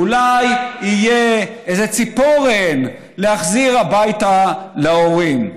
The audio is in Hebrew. אולי תהיה איזו ציפורן להחזיר הביתה להורים.